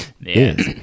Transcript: Yes